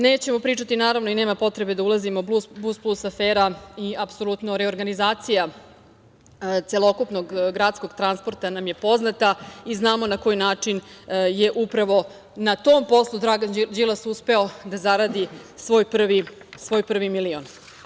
Nećemo pričati naravno i nema potrebe da ulazimo u Bus-plus afere i apsolutno reorganizaciju celokupnog gradskog transporta, poznata nam je i znamo na koji način je upravo na tom poslu Dragan Đilas uspeo da zaradi svoj prvi milion.